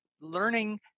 learning